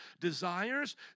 desires